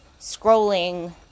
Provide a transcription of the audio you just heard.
scrolling